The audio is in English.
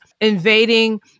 invading